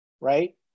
right